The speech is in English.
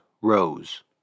rose